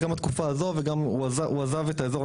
גם התקופה הזו וגם הוא עזב את האזור,